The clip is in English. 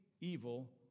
evil